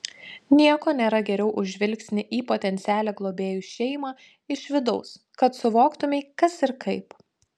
nieko nėra geriau už žvilgsnį į potencialią globėjų šeimą iš vidaus kad suvoktumei kas ir kaip